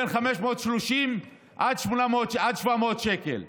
מ-530 עד 700 שקל,